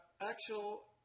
actual